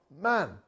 man